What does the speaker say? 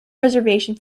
reservation